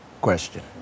question